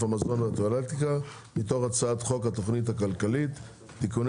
המזון והטואלטיקה) מתוך הצעת חוק התכנית הכלכלית (תיקוני